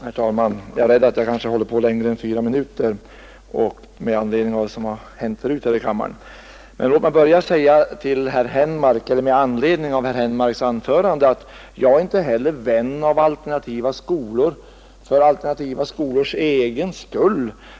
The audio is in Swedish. Herr talman! Jag är rädd att jag håller på längre än 4 minuter på grund av vad som hänt förut här i kammaren. Låt mig börja med att säga med anledning av herr Henmarks anförande att inte heller jag är vän av alternativa skolor för alternativa skolors egen skull.